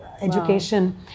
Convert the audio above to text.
education